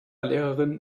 lehrerin